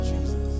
Jesus